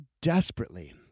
desperately